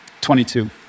22